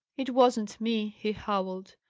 it wasn't me, he howled.